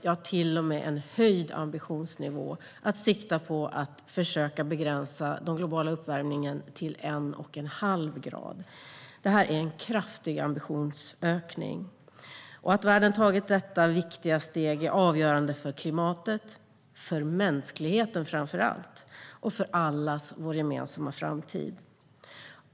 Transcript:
Ja, det blev till och med en höjd ambitionsnivå, och man siktar på att försöka begränsa den globala uppvärmningen till 1,5 grader. Det här är en kraftig ambitionshöjning. Att världen tagit detta viktiga steg är avgörande för klimatet, för mänskligheten framför allt och för allas vår gemensamma framtid.